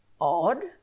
Odd